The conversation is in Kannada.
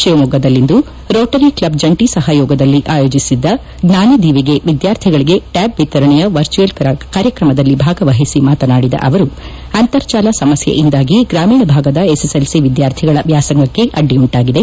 ಶಿವಮೊಗ್ಗದಲ್ಲಿಂದು ರೋಟರಿ ಕ್ಲದ್ ಜಂಟಿ ಸಪಯೋಗದಲ್ಲಿ ಆಯೋಜಿಸಿದ್ದ ಜ್ಯಾನ ದೀವಿಗೆ ವಿದ್ಯಾರ್ಥಿಗಳಿಗೆ ಟ್ಯಾಬ್ ವಿತರಣೆಯ ವರ್ಚುವಲ್ ಕಾರ್ಯಕ್ರಮದಲ್ಲಿ ಭಾಗವಹಿಸಿ ಮಾತನಾಡಿದ ಅವರು ಅಂತರ್ಜಾಲ ಸಮಸ್ಥೆಯಿಂದಾಗಿ ಗ್ರಾಮೀಣ ಭಾಗದ ಎಸ್ಎಸ್ಎಲ್ಸಿ ವಿದ್ಯಾರ್ಥಿಗಳ ವ್ಯಾಸಾಂಗಕ್ಕೆ ಅಡ್ಡಿಯುಂಟಾಗಿದೆ